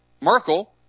Merkel